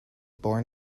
born